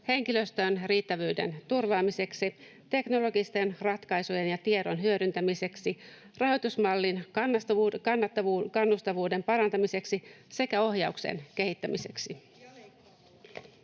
henkilöstön riittävyyden turvaamiseksi, teknologisten ratkaisujen ja tiedon hyödyntämiseksi, rahoitusmallin kannustavuuden parantamiseksi sekä ohjauksen kehittämiseksi.